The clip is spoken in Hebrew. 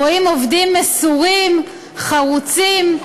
רואים עובדים מסורים, חרוצים,